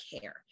care